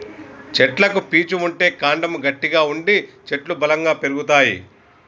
చెట్లకు పీచు ఉంటే కాండము గట్టిగా ఉండి చెట్లు బలంగా పెరుగుతాయి